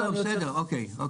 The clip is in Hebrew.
בעולם